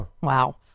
Wow